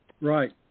Right